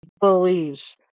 believes